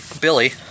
Billy